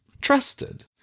trusted